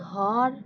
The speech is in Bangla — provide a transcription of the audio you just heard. ঘট